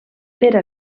era